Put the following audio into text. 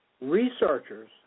Researchers